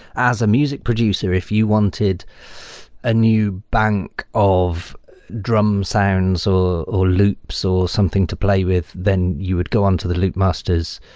as a music producer, if you wanted a new bank of drum sounds or or loops or something to play with, then you would go on to the loopmasters.